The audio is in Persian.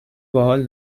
باحال